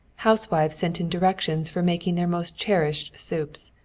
housewives sent in directions for making their most cherished soups.